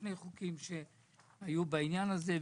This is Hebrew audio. על שני חוקים שהיו בעניין הזה.